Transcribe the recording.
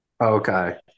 Okay